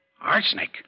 Arsenic